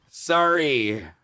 Sorry